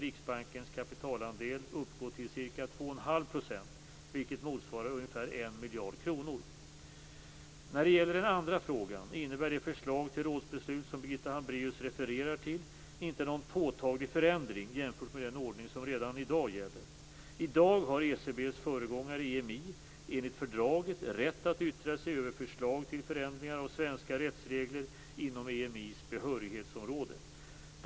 Riksbankens kapitalandel uppgå till ca 2 1⁄2 %, vilket motsvarar ungefär 1 miljard kronor. När det gäller den andra frågan innebär det förslag till rådsbeslut som Birgitta Hambraeus refererar till inte någon påtaglig förändring jämfört med den ordning som redan i dag gäller. I dag har ECB:s föregångare EMI enligt fördraget rätt att yttra sig över förslag till förändringar av svenska rättsregler inom EMI:s behörighetsområde.